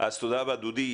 תודה רבה דודי.